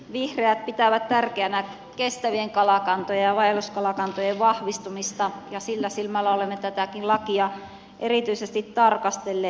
vihreät pitävät tärkeänä kestävien kalakantojen ja vaelluskalakantojen vahvistumista ja sillä silmällä olemme tätäkin lakia erityisesti tarkastelleet